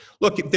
look